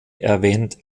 erwähnt